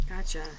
Gotcha